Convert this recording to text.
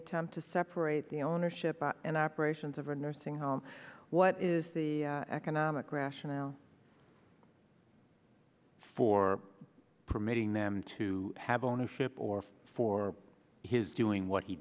attempt to separate the ownership and operations of a nursing home what is the economic rationale for permitting them to have ownership or for his doing what he